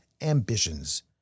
ambitions